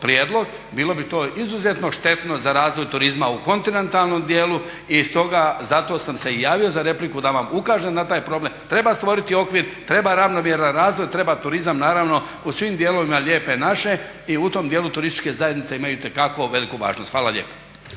bilo bi to izuzetno štetno za razvoj turizma u kontinentalnom dijelu i stoga zato sam se i javio za repliku da vam ukažem na taj problem. Treba stvoriti okvir, treba ravnomjeran razvoj, treba turizam naravno u svim dijelovima lijepe naše i u tom dijelu turističke zajednice imaju itekako veliku važnost. Hvala lijepo.